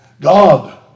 God